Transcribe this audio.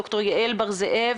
יושבת הראש דוקטור יעל בר זאב.